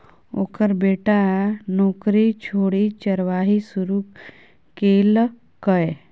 ओकर बेटा नौकरी छोड़ि चरवाही शुरू केलकै